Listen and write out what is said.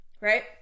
right